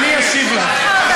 אני אשיב לך.